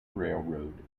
railroad